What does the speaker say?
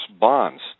bonds